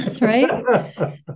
right